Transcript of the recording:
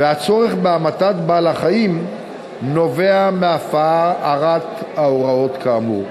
והצורך בהמתת בעל-החיים נובע מהפרת הוראות כאמור.